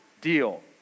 deal